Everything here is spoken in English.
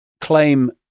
claim